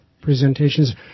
presentations